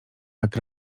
jak